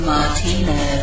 Martino